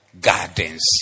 gardens